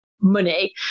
money